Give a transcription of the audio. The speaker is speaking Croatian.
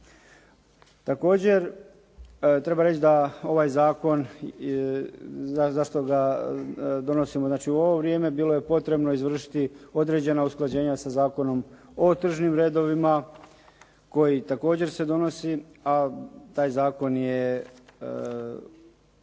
Također treba reći da ovaj zakon, za što ga donosimo znači u ovo vrijeme bilo je potrebno izvršiti određena usklađenja sa Zakonom o tržnim redovima koji također se donosi a taj zakon je